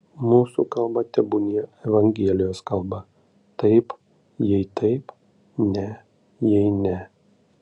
mūsų kalba tebūnie evangelijos kalba taip jei taip ne jei ne